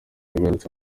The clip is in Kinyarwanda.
yagarutse